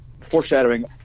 foreshadowing